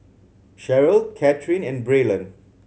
Cheryle Kathryn and Braylon